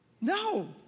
No